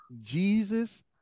Jesus